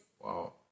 wow